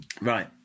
Right